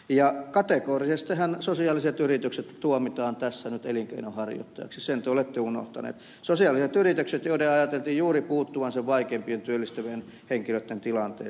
ja kategorisestihan sosiaaliset yritykset tuomitaan tässä nyt elinkeinonharjoittajiksi sen te olette unohtaneet sosiaaliset yritykset joiden ajateltiin juuri puuttuvan niiden vaikeimmin työllistettävien henkilöiden tilanteeseen